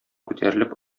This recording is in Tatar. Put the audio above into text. күтәрелеп